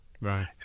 Right